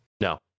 No